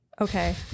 Okay